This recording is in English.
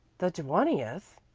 the twentieth!